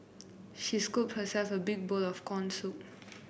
she scooped herself a big bowl of corn soup